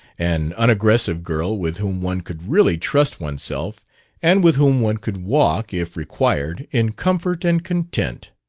an unaggressive girl with whom one could really trust oneself and with whom one could walk, if required, in comfort and content.